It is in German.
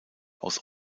aus